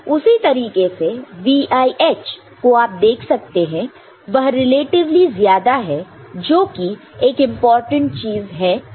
उसी तरीके से VIH को आप देख सकते हैं वह रिलेटिवली ज्यादा है जो कि एक इंपॉर्टेंट चीज है नोट करने के लिए